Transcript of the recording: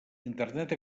internet